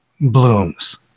blooms